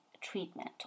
treatment